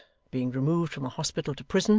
being removed from a hospital to prison,